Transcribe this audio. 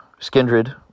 Skindred